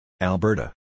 Alberta